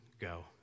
go